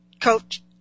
Coach